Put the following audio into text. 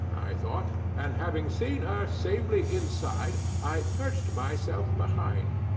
i thought, and having seen her safely inside, i perched myself behind.